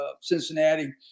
cincinnati